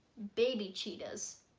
baby cheetahs